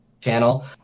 channel